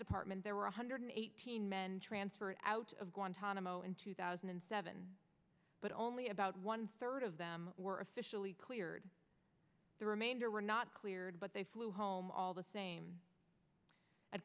department there were one hundred eighteen men transferred out out of guantanamo in two thousand and seven but only about one third of them were officially cleared the remainder were not cleared but they flew home all the same at